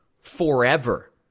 forever